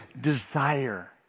desire